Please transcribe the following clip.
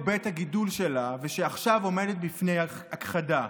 בית הגידול שלה ושעכשיו עומדת בפני הכחדה,